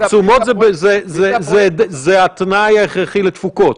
תשומות זה התנאי ההכרחי לתפוקות.